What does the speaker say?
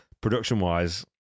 production-wise